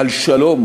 על שלום